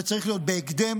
זה צריך להיות בהקדם.